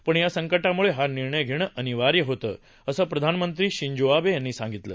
पण या संकटाम्ळे हा निर्णय घेणं अनिवार्य होतं असं प्रधानमंत्री शिंजो आंबे यांनी सांगितलं